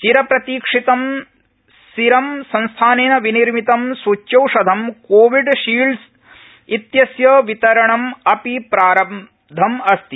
चिरप्रतीक्षितं सिरमसंस्थानेन विनिर्मितं सूच्यौषधं कोविशील्ड् इत्यस्य वितरणम् अपि प्रारब्धम् अस्ति